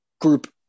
group